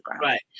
Right